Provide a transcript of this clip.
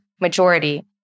majority